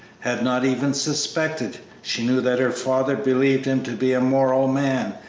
had not even suspected. she knew that her father believed him to be a moral man,